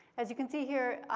as you can see here,